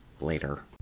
later